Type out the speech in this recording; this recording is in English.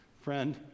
friend